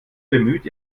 bemüht